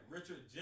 Richard